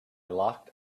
locked